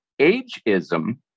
ageism